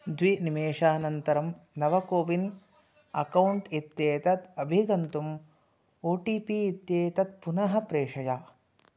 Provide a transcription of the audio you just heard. द्विनिमेषानन्तरं नव कोविन् अक्कौण्ट् इत्येतत् अभिगन्तुम् ओ टी पी इत्येतत् पुनः प्रेषय